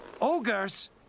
Ogres